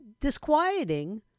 disquieting